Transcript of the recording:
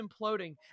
imploding